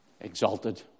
Exalted